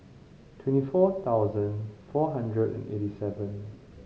twenty four thousand four hundred and eighty seven